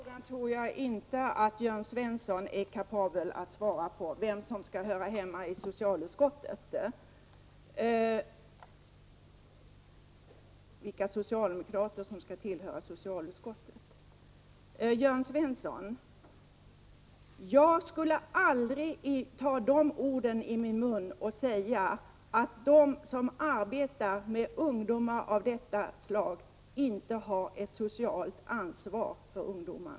Herr talman! Jag tror inte att Jörn Svensson är kapabel att svara på frågan vilka socialdemokrater som skall tillhöra socialutskottet. Jag skulle aldrig, Jörn Svensson, påstå att de som arbetar med ungdomar av detta slag inte har ett socialt ansvar för dem.